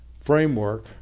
framework